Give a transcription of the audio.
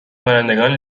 کنندگان